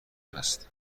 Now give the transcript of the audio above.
است